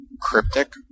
cryptic